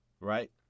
right